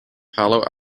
palo